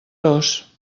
gros